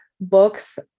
books